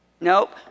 Nope